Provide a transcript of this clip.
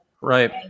Right